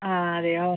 ആ അതെയോ